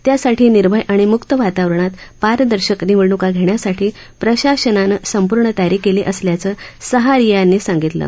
त्यासाठी निर्भय आणि मुक्त वातावरणात पारदर्शक निवडणुका घेण्यासाठी प्रशासनानं संपूर्ण तयारी केली असल्याचं सहारिया यांनी सांगितलं